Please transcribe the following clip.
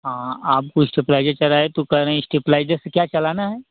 आप जो स्टेपलाइजर चलाएँ तो कह रहे है स्टेपलाइजर से क्या चलाना है